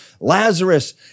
Lazarus